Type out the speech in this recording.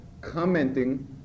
commenting